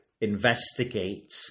investigate